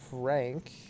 Frank